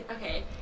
Okay